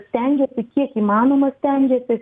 stengiasi kiek įmanoma stengiasi